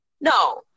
No